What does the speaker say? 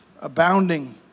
abounding